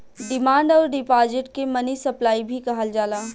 demand अउर deposit के money supply भी कहल जाला